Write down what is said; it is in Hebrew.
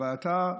אבל אתה,